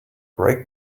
break